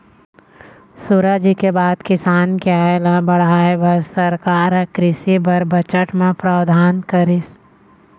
सुराजी के बाद किसान के आय ल बढ़ाय बर सरकार ह कृषि बर बजट म प्रावधान करिस